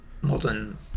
modern